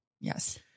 yes